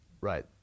Right